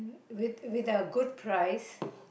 with with a good price